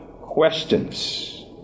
questions